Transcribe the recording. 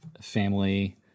family